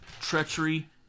treachery